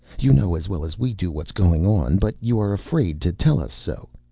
you know as well as we do what's going on, but you are afraid to tell us so.